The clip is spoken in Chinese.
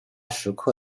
石刻